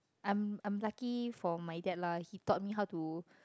I'm I'm lucky for my dad lah he taught me how to